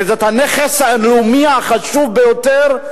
וזה הנכס הלאומי החשוב ביותר.